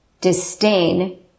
disdain